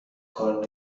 کار